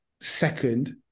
second